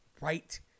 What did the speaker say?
right